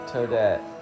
Toadette